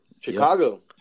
Chicago